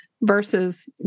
versus